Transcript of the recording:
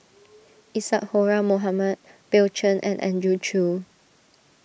Isadhora Mohamed Bill Chen and Andrew Chew